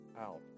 out